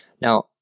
Now